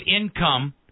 income